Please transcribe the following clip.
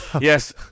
Yes